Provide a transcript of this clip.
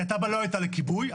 כי התב"ע לא הייתה לכיבוי,